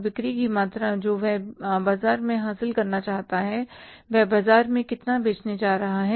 बिक्री की मात्रा जो वह बाजार में हासिल करना चाहते हैं वह बाजार में कितना बेचने जा रहे है